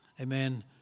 amen